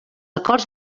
acords